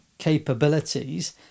Capabilities